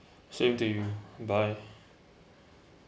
same to you bye